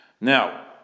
Now